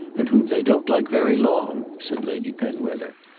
and whom they don't like very long, said lady penwether.